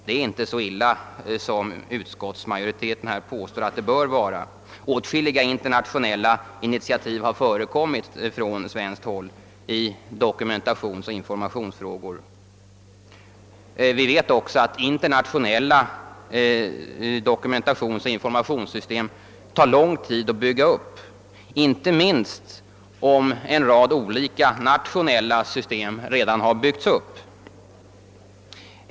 Det är inte så illa som utskottsmajoriteten påstår; åtskilliga internationella initiativ har tagits från svenskt håll Vi vet också att internationella dokumentationsoch informationssystem tar lång tid att bygga upp, inte minst om en rad nationella system redan har byggts upp.